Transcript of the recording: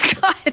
God